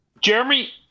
Jeremy